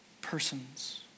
persons